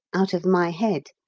out of my head,